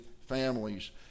families